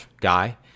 guy